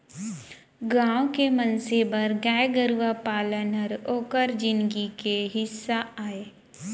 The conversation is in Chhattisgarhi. गॉँव के मनसे बर गाय गरूवा पालन हर ओकर जिनगी के हिस्सा अय